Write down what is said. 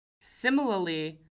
Similarly